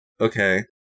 Okay